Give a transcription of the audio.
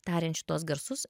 tariant šituos garsus